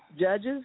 Judges